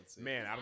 man